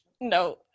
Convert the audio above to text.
no